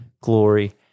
glory